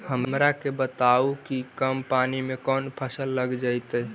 हमरा के बताहु कि कम पानी में कौन फसल लग जैतइ?